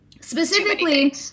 Specifically